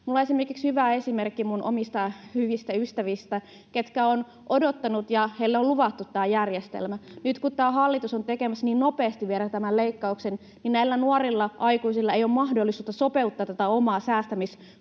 Minulla on esimerkiksi hyvä esimerkki minun omista hyvistä ystävistäni, ketkä ovat odottaneet ja heille on luvattu tämä järjestelmä. Nyt kun tämä hallitus on tekemässä vielä niin nopeasti tämän leikkauksen, niin näillä nuorilla aikuisilla ei ole mahdollisuutta sopeuttaa tätä omaa säästämiskokonaisuuttaan